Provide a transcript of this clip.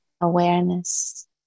awareness